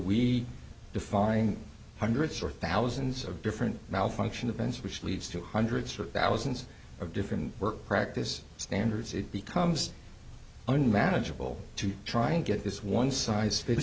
we define hundreds or thousands of different malfunction of events which leads to hundreds or thousands of different work practice standards it becomes unmanageable to try and get this one size fits